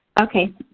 okay.